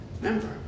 Remember